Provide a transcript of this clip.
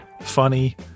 funny